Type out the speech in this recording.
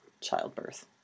childbirth